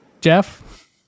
Jeff